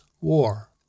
War